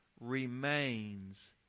remains